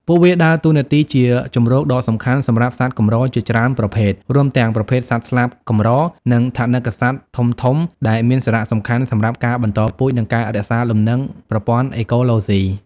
ពួកវាដើរតួនាទីជាជម្រកដ៏សំខាន់សម្រាប់សត្វកម្រជាច្រើនប្រភេទ រួមទាំងប្រភេទសត្វស្លាបកម្រ និងថនិកសត្វធំៗ ដែលមានសារៈសំខាន់សម្រាប់ការបន្តពូជ និងការរក្សាលំនឹងប្រព័ន្ធអេកូឡូស៊ី។